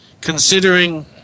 Considering